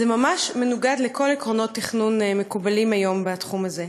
זה ממש מנוגד לכל עקרונות התכנון המקובלים היום בתחום הזה.